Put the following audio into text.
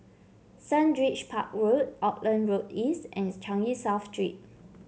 Sundridge Park Road Auckland Road East and Changi South Street